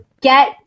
get